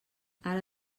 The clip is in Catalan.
ara